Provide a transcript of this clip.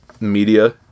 media